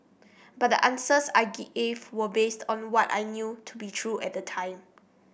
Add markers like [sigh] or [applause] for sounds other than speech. but the answers I [unintelligible] were based on what I knew to be true at the time